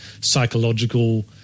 psychological